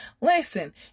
Listen